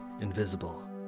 invisible